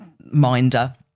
minder